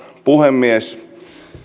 puhemies